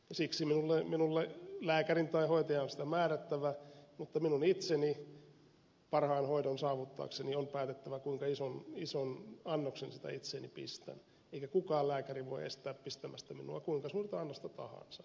siksi minulle lääkärin tai hoitajan on sitä määrättävä mutta minun itseni on parhaan hoidon saavuttaakseni päätettävä kuinka ison annoksen sitä itseeni pistän eikä kukaan lääkäri voi estää minua pistämästä kuinka suurta annosta tahansa